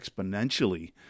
exponentially